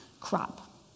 crop